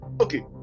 Okay